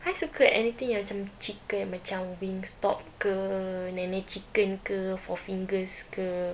I suka anything yang macam chicken macam Wingstop ke Nene Chicken ke Four Fingers ke